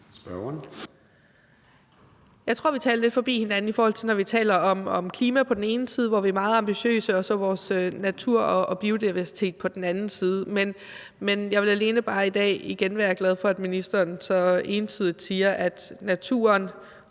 Jeg tror, vi taler lidt forbi hinanden, for vi taler om klima på den ene side, hvor vi er meget ambitiøse, og så vores natur og biodiversitet på den anden side. Men jeg vil i dag bare være glad for, at ministeren så entydigt siger, at ud